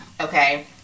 Okay